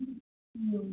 ꯎꯝ